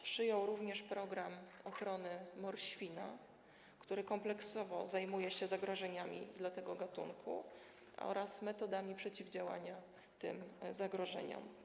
przyjął również program ochrony morświna, który kompleksowo zajmuje się zagrożeniami dla tego gatunku oraz metodami przeciwdziałania tym zagrożeniom.